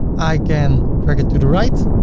i can track it to the right.